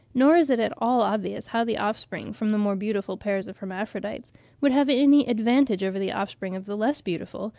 nor is it at all obvious how the offspring from the more beautiful pairs of hermaphrodites would have any advantage over the offspring of the less beautiful,